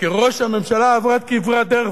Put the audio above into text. כי ראש הממשלה עבר כברת דרך,